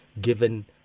given